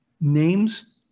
names